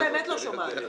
באמת לא שומעת.